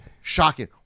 shocking